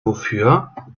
wofür